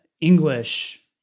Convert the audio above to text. English